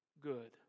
good